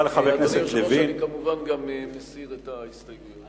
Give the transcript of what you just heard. אני כמובן מסיר גם את ההסתייגויות.